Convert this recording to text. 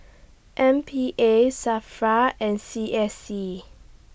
M P A SAFRA and C S C